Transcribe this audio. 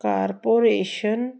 corporation